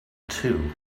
too